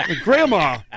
Grandma